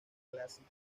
clásico